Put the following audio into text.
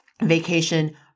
vacation